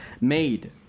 made